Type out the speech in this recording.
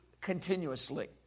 continuously